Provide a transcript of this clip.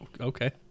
Okay